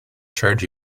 charge